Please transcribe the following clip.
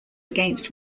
against